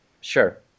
Sure